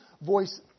voice